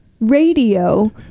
radio